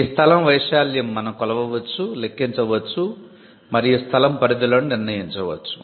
ఈ స్థలం వైశాల్యం మనం కొలవవచ్చు లెక్కించవచ్చు మరియు స్థలం పరిధులను నిర్ణయించవచ్చు